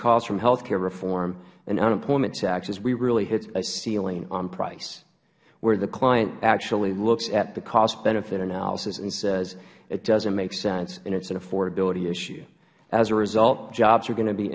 cost from health care reform and unemployment taxes we really hit a ceiling on price where the client actually looks at the cost benefit analysis and says it doesnt make sense and it is an affordability issue as a result jobs are going to be